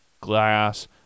glass